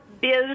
biz